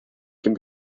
can